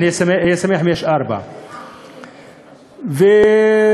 אני אהיה שמח אם יש 4. הממשלה,